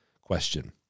question